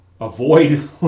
avoid